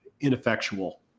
ineffectual